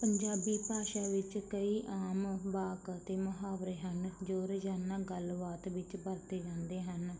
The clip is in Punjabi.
ਪੰਜਾਬੀ ਭਾਸ਼ਾ ਵਿੱਚ ਕਈ ਆਮ ਵਾਕ ਅਤੇ ਮੁਹਾਵਰੇ ਹਨ ਜੋ ਰੋਜ਼ਾਨਾ ਗੱਲਬਾਤ ਵਿੱਚ ਵਰਤੇ ਜਾਂਦੇ ਹਨ